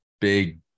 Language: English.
Big